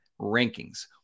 rankings